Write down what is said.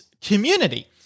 community